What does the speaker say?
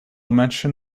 mention